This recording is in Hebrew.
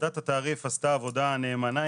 ועדת התעריף עשתה עבודה נאמנה,